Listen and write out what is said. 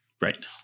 Right